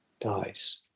dies